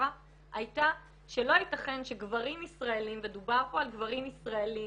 במשפחה הייתה שלא ייתכן שגברים ישראלים ודובר פה על גברים ישראלים